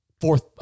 fourth